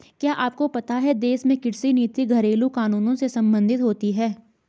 क्या आपको पता है देश में कृषि नीति घरेलु कानूनों से सम्बंधित होती है?